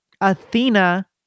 Athena